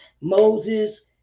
Moses